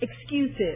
excuses